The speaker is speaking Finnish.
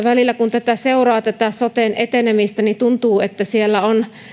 välillä kun tätä seuraa tätä soten etenemistä tuntuu että